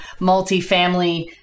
multifamily